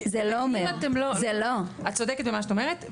את צודקת במה שאת אומרת,